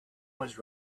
was